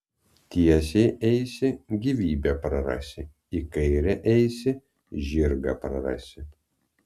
tiesiai eisi gyvybę prarasi į kairę eisi žirgą prarasi